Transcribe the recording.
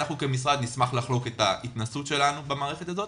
אנחנו כמשרד נשמח לחלוק את ההתנסות שלנו במערכת הזאת.